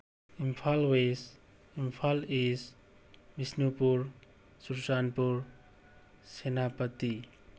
Imphal West Imphal East Bishnupur Churachandpur Senapati